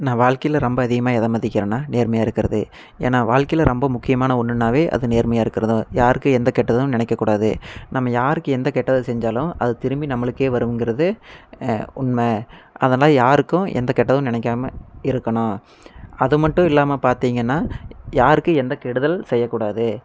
நான் வாழ்க்கையில் ரொம்ப அதிகமாக எதை மதிக்கிறேன்னா நேர்மையாக இருக்கிறது ஏன்னா வாழ்க்கையில் ரொம்ப முக்கியமான ஒன்றுனாவே அது நேர்மையாக இருக்கிறது யாருக்கும் எந்த கெட்டதும் நினைக்கக் கூடாது நம்ம யாருக்கு எந்த கெட்டது செஞ்சாலும் அது திரும்பி நம்மளுக்கே வருங்கிறது உண்ம அதனால் யாருக்கும் எந்த கெட்டதும் நினைக்காம இருக்கணும் அது மட்டும் இல்லாமல் பார்த்தீங்கனா யாருக்கும் எந்த கெடுதல் செய்யக்கூடாது